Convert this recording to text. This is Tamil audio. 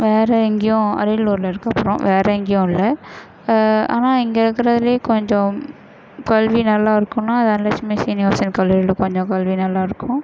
வேறு எங்கேயும் அரியலூர்ல இருக்குது அப்புறோம் வேறு எங்கேயும் இல்லை ஆனால் இங்கே இருக்கிறதுலையே கொஞ்சோம் கல்வி நல்லாயிருக்கும்னா தனலெட்சுமி சீனிவாசன் கல்லூரியில கொஞ்சோம் கல்வி நல்லாயிருக்கும்